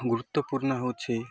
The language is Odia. ଗୁରୁତ୍ୱପୂର୍ଣ୍ଣ ହେଉଛି